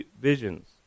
visions